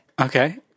Okay